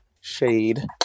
Shade